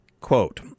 quote